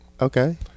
Okay